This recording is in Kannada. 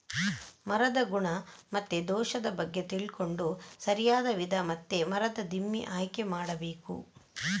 ಮರದ ಗುಣ ಮತ್ತೆ ದೋಷದ ಬಗ್ಗೆ ತಿಳ್ಕೊಂಡು ಸರಿಯಾದ ವಿಧ ಮತ್ತೆ ಮರದ ದಿಮ್ಮಿ ಆಯ್ಕೆ ಮಾಡಬೇಕು